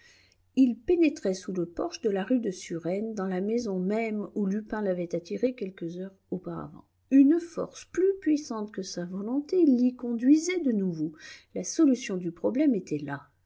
il pénétrait sous le porche de la rue de surène dans la maison même où lupin l'avait attiré quelques heures auparavant une force plus puissante que sa volonté l'y conduisait de nouveau la solution du problème était là